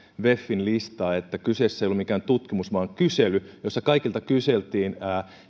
wefin listaa että kyseessä ei ollut mikään tutkimus vaan kysely jossa kaikilta kyseltiin